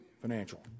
financial